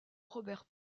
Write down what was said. robert